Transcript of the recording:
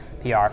PR